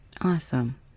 Awesome